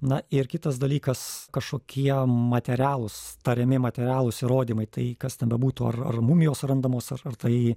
na ir kitas dalykas kažkokie materialūs tariami materialūs įrodymai tai kas ten bebūtų ar ar mumijos randamos ar ar tai